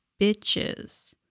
bitches